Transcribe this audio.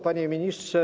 Panie Ministrze!